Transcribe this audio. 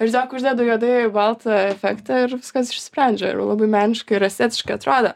žinok uždedu juodai baltą efektą ir viskas išsisprendžia ir labai meniškai ir estetiškai atrodo